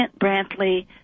Brantley